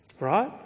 right